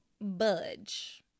budge